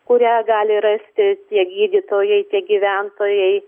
kurią gali rasti tiek gydytojai tiek gyventojai